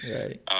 Right